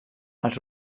els